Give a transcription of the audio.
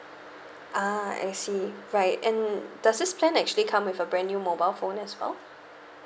ah I see right and does this plan actually come with a brand new mobile phone as well